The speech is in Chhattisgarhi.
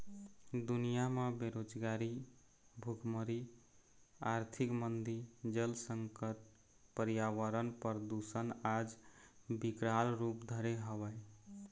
दुनिया म बेरोजगारी, भुखमरी, आरथिक मंदी, जल संकट, परयावरन परदूसन आज बिकराल रुप धरे हवय